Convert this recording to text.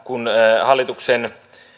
kun hallituksen